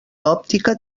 òptica